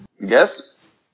Yes